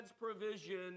provision